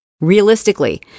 realistically